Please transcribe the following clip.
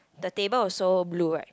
the table also blue right